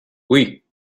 oui